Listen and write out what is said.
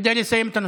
כדי לסיים את הנושא.